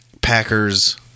Packers